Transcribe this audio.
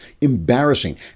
embarrassing